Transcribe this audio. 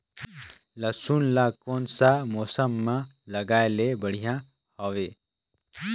लसुन ला कोन सा मौसम मां लगाय ले बढ़िया हवे?